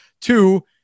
two